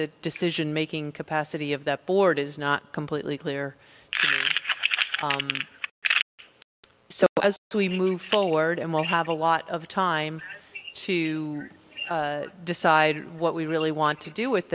the decision making capacity of the board is not completely clear so as we move forward and we'll have a lot of time to decide what we really want to do with